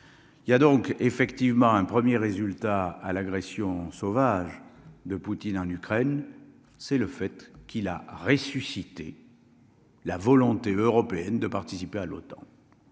il y a donc effectivement un 1er résultat à l'agression sauvage de Poutine en Ukraine, c'est le fait qu'il a ressuscité la volonté européenne de participer à l'OTAN